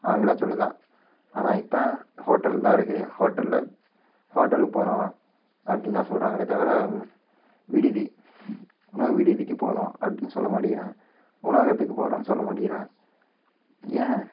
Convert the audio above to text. ஆங்கிலச்சொல் தான் ஆனால் இப்போ ஹோட்டல் தான் இருக்கு ஹோட்டலில் ஹோட்டலுக்கு போகறோம் அப்படின்னு தான் சொல்லுறாங்களே தவிர விடுதி உணவு விடுதிக்கு போகறோம் அப்படின்னு சொல்ல மாட்டேக்குறாங்க உணவகத்துக்கு போகறோம் சொல்ல மாட்டேக்குறாங்க ஏன்